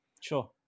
sure